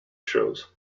shows